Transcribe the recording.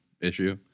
issue